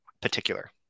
particular